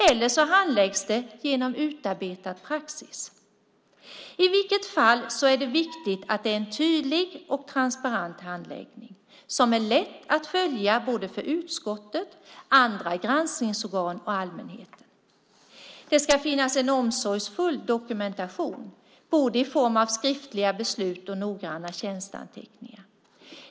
Det kan också handläggas genom utarbetad praxis. I vilket fall är det viktigt att det är en tydlig och transparent handläggning som är lätt att följa både för utskottet, andra granskningsorgan och för allmänheten. Det ska finnas en omsorgsfull dokumentation både i form av skriftliga beslut och noggranna tjänsteanteckningar.